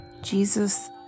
Jesus